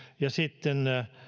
ja sitten